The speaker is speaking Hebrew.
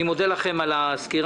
אני מודה לכם על הסקירה.